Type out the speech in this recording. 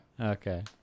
Okay